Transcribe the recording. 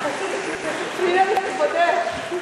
לכבודך.